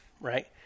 right